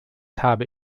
habe